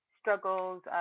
struggles